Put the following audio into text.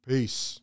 Peace